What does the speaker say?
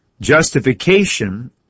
Justification